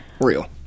Real